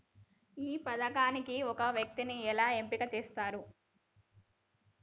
ఈ పథకానికి ఒక వ్యక్తిని ఎలా ఎంపిక చేస్తారు?